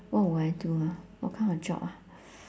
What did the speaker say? what would I do ah what kind of job ah